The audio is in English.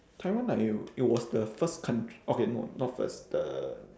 taiwan I it was the first countr~ okay no not first the